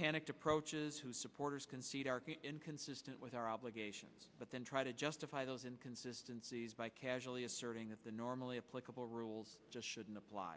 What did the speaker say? panicked approaches who supporters concede are inconsistent with our obligations but then try to justify those in consistencies by casually asserting that the normally applicable rules just shouldn't apply